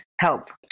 help